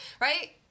right